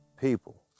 People